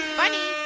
funny